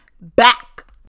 back